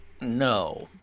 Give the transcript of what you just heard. No